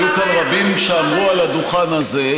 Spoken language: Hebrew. היו כאן רבים שאמרו על הדוכן הזה,